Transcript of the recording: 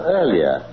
earlier